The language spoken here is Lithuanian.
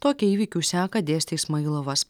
tokią įvykių seką dėstė ismailovas